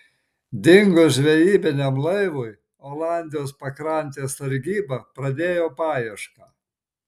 dingus žvejybiniam laivui olandijos pakrantės sargyba pradėjo paiešką